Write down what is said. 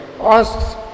asks